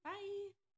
Bye